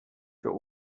für